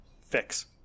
fix